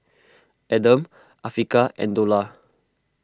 Adam Afiqah and Dollah